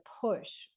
push